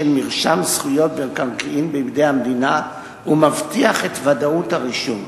מרשם זכויות במקרקעין בידי המדינה ומבטיח את ודאות הרישום,